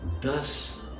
thus